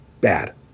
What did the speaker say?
bad